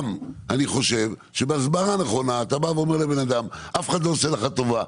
אני חושב שבזמן הנכון אתה אומר לבן אדם שאף אחד לא עושה לו טובה,